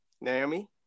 Naomi